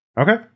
Okay